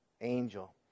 angel